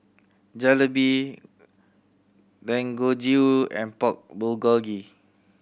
Jalebi Dangojiru and Pork Bulgogi